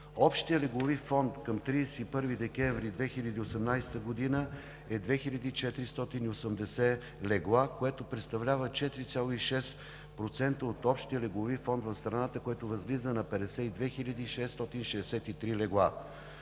Общият леглови фонд към 31 декември 2018 г. е 2480 легла, което представлява 4,6% от общия леглови фонд в страната, което възлиза на 52 хиляди 663 легла.